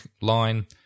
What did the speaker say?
line